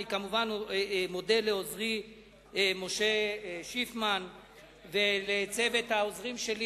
אני כמובן מודה לעוזרי משה שיפמן ולצוות העוזרים שלי.